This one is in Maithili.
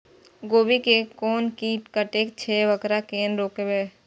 गोभी के कोन कीट कटे छे वकरा केना रोकबे?